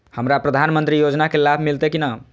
हमरा प्रधानमंत्री योजना के लाभ मिलते की ने?